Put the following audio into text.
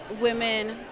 women